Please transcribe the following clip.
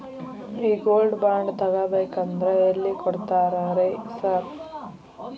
ಈ gold bond ತಗಾಬೇಕಂದ್ರ ಎಲ್ಲಿ ಕೊಡ್ತಾರ ರೇ ಸಾರ್?